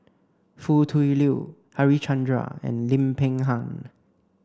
Foo Tui Liew Harichandra and Lim Peng Han